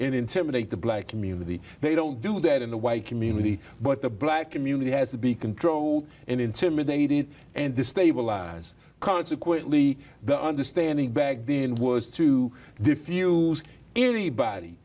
and intimidate the black community they don't do that in the white community but the black community has to be controlled and intimidated and destabilize consequently the understanding back then was to diffuse anybody